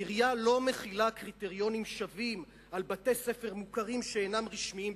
העירייה לא מחילה קריטריונים שווים על בתי-ספר מוכרים שאינם רשמיים,